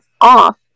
off